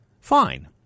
Fine